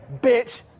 bitch